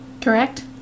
Correct